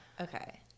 Okay